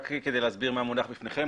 רק להסביר מה מונח בפניכם.